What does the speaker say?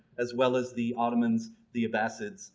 as well as the ottomans, the abbasid,